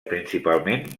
principalment